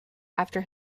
after